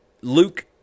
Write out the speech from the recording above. Luke